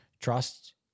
trust